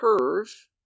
curve